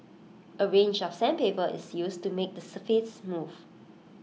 A range of sandpaper is used to make the surface smooth